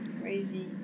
crazy